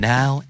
Now